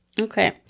Okay